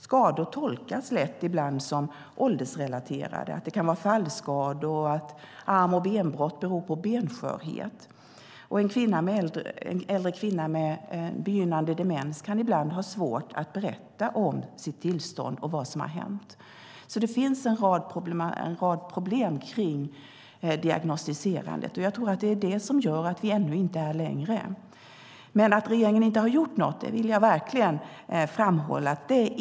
Skador tolkas lätt som åldersrelaterade, att det kan vara fallskador, att arm och benbrott beror på benskörhet. En äldre kvinna med begynnande demens kan ibland ha svårt att berätta om sitt tillstånd och vad som har hänt. Det finns alltså en rad problem kring diagnostiserandet, och jag tror att det är det som gör att vi ännu inte kommit längre. Men att regeringen inte har gjort något är inte med sanningen överensstämmande.